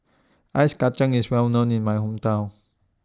Ice Kachang IS Well known in My Hometown